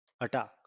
attack